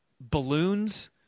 balloons